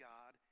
God